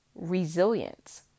resilience